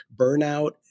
burnout